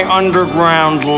underground